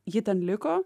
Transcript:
ji ten liko